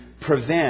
prevent